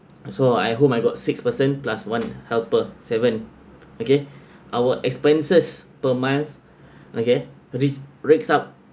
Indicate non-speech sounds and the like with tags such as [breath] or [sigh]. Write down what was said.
so at I home I got six person plus one helper seven okay [breath] our expenses per month [breath] okay re~ rakes up